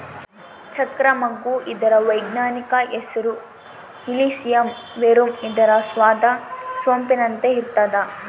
ಚಕ್ರ ಮಗ್ಗು ಇದರ ವೈಜ್ಞಾನಿಕ ಹೆಸರು ಇಲಿಸಿಯಂ ವೆರುಮ್ ಇದರ ಸ್ವಾದ ಸೊಂಪಿನಂತೆ ಇರ್ತಾದ